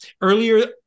earlier